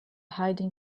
hiding